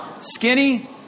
skinny